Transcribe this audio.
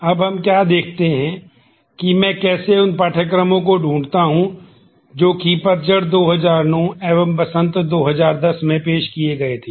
अब हम क्या देखते हैं कि मैं कैसे उन पाठ्यक्रम को ढूंढता हूं जोकि पतझड़ 2009 एवं बसंत 2010 में पेश किए गए थे